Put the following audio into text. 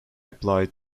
applied